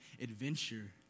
adventure